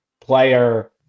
player